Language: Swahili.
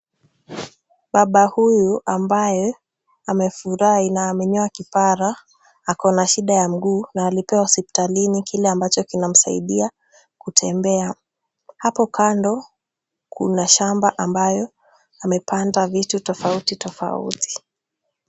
Baba huyu ambaye amefurahi na amenyoa kipara ako na shida ya mguu na alipewa hospitalini kile ambacho kinamsaidia kutembea. Hapo kando kuna shamba ambayo amepanda vitu tofauti tofauti.